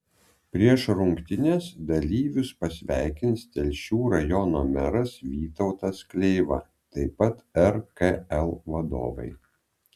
prieš rungtynes dalyvius pasveikins telšių rajono meras vytautas kleiva taip pat rkl vadovai